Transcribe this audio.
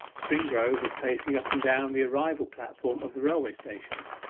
springrove was pacing up and down the arrival platform of the railway-station.